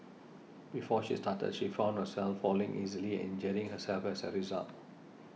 before she started she found herself falling easily and injuring herself as a result